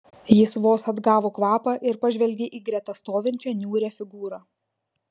jis vos atgavo kvapą ir pažvelgė į greta stovinčią niūrią figūrą